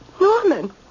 Norman